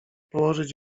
położyć